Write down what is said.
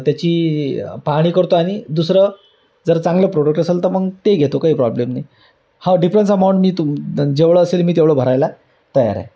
त्याची पाहाणी करतो आणि दुसरं जर चांगलं प्रोडक्ट असेल तर मग ते घेतो काही प्रॉब्लेम नाही हा डिफरन्स अमाऊंट मी तुम जेवढं असेल मी तेवढं भरायला तयार आहे